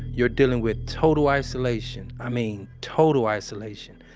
you're dealing with total isolation. i mean, total isolation.